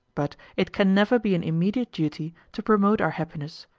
but it can never be an immediate duty to promote our happiness,